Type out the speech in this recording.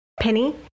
Penny